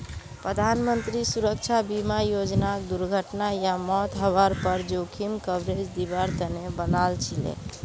प्रधानमंत्री सुरक्षा बीमा योजनाक दुर्घटना या मौत हवार पर जोखिम कवरेज दिवार तने बनाल छीले